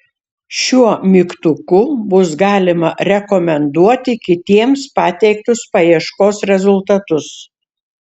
šiuo mygtuku bus galima rekomenduoti kitiems pateiktus paieškos rezultatus